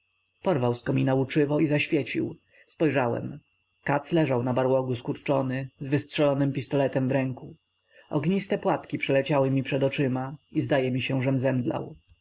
porwał z komina łuczywo i zaświecił spojrzałem katz leżał na barłogu skurczony z wystrzelonym pistoletem w ręku ogniste płatki przeleciały mi przed oczyma i zdaje mi się